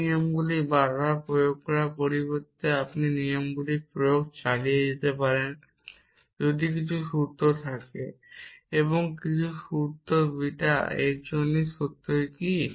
এই নিয়মগুলি বারবার প্রয়োগ করার পরিবর্তে আপনি নিয়মগুলি প্রয়োগ চালিয়ে যেতে পারেন যদি কিছু সূত্র থাকেl এবং কিছু সূত্র বিটা এর জন্য সত্যই কি